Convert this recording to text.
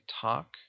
talk